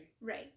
Right